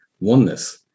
oneness